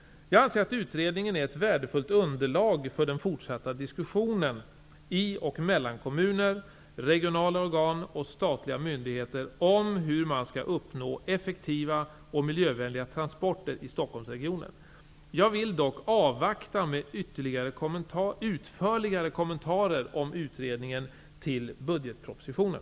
Jag anser att utredningen är ett värdefullt underlag för den fortsatta diskussionen i och mellan kommuner, regionala organ och statliga myndigheter om hur man skall uppnå effektiva och miljövänliga transporter i Stockholmsregionen. Jag vill dock avvakta med utförligare kommentarer om utredningen till budgetpropositionen.